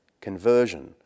Conversion